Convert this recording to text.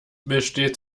besteht